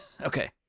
Okay